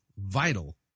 vital